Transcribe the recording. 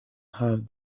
have